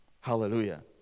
Hallelujah